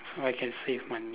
so I can save money